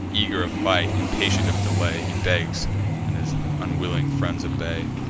eager of fight, impatient of delay, he begs and his unwilling friends obey.